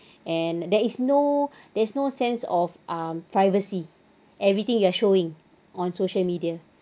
and there is no there is no sense of um privacy everything you are showing on social media